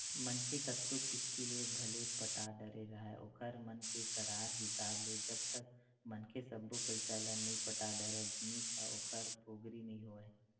मनखे कतको किस्ती ल भले पटा डरे राहय ओखर मन के करार हिसाब ले जब तक मनखे सब्बो पइसा ल नइ पटा डरय जिनिस ह ओखर पोगरी नइ होवय